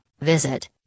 visit